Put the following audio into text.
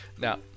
Now